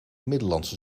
middellandse